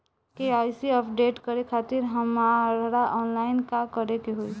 KYC update करे खातिर हमरा ऑनलाइन का करे के होई?